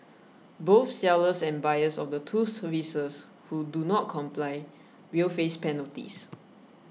both sellers and buyers of the two services who do not comply will face penalties